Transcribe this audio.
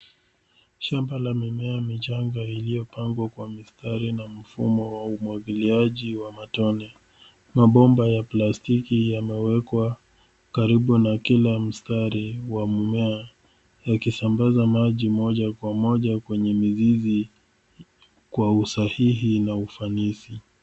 Shamba la mimea michanga iliyopangwa kwa mistari ina mfumo wa umwagiliaji wa matone. Mabomba ya plastiki yamewekwa karibu na kila mstari wa mmea yakisambaza maji moja kwa moja kwenye mizizi kwa usafiri na ufanisi.